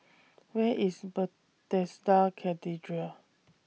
Where IS Bethesda Cathedral